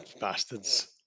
Bastards